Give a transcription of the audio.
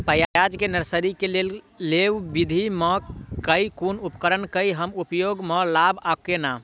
प्याज केँ नर्सरी केँ लेल लेव विधि म केँ कुन उपकरण केँ हम उपयोग म लाब आ केना?